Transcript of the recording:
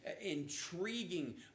intriguing